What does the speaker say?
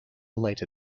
later